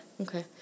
okay